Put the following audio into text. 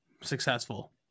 successful